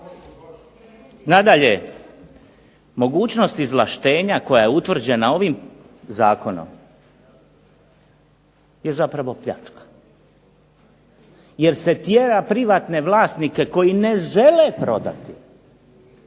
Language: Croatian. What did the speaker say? Nadalje, mogućnost izvlaštenja koja je utvrđena ovim zakonom je zapravo pljačka jer se tjera privatne vlasnike koji ne žele prodati,